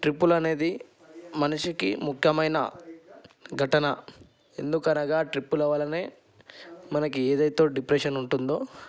ట్రిప్పులనేది మనిషికి ముఖ్యమైన ఘటన ఎందుకనగా ట్రిప్పుల వలనే మనకి ఏదైతే డిప్రెషన్ ఉంటుందో